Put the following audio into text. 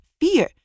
fear